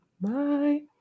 bye